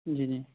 جی جی